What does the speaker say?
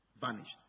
vanished